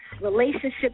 relationships